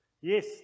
Yes